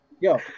yo